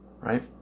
right